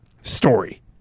story